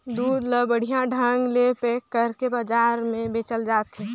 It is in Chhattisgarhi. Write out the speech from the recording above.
दूद ल बड़िहा ढंग ले पेक कइरके बजार में बेचल जात हे